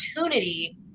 opportunity